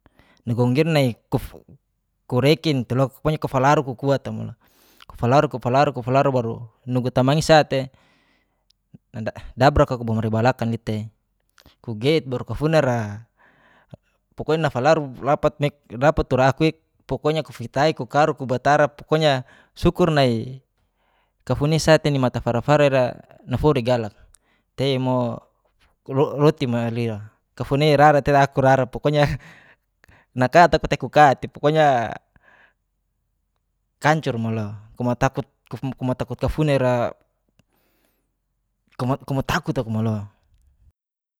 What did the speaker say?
Nagonggong ira nai korekin tei loka pokoknya kofalaru kukua tei mo. Kofalaru kofalaru kofalaru baru nugu tamanga i'sa tei dabrak aku bomari balakan li tei, kugeit baru kafunara pokoknya nafalaru rapat rapat torakue pokoknya kufitai kokaru kobatara pokoknya sukur nai kafunisa tei nima tafaar fara i'ra nafuri gala, roti mali i'ra. kofuna i'ra ra tei ra aku rara tei pokoknya naka taku taku ka pokoknya kancor malo. kafuna i'ra kuma takut aku malo.